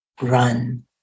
run